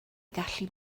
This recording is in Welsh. gallu